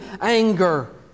anger